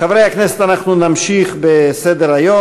חברי הכנסת, אנחנו נמשיך בסדר-היום.